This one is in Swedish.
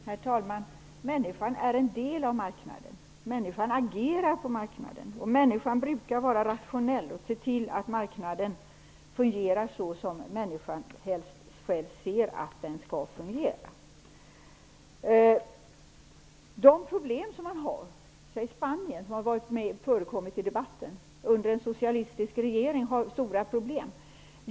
Herr talman! Människan är en del av marknaden. Människan agerar på marknaden, och människan brukar vara rationell och se till att marknaden fungerar på det sätt som människan helst ser att den fungerar på. Så något om problemen under en socialistisk regering i t.ex. Spanien, vilket har nämnts i debatten.